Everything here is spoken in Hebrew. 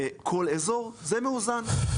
זה מאוזן?